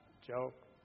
joke